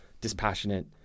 dispassionate